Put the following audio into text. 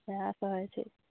वएहसब होइ छै